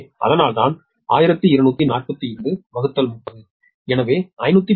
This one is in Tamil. எனவே அதனால்தான் 124230 எனவே 512